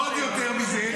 עוד יותר מזה,